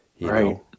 right